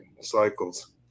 cycles